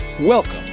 Welcome